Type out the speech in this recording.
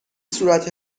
صورت